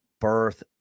birth